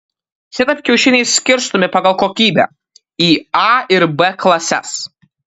šitaip kiaušiniai skirstomi pagal kokybę į a ir b klases